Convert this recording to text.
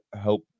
help